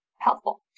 helpful